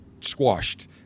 squashed